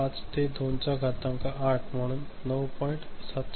5 ते 2 घातांक 8 म्हणून 9